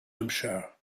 hampshire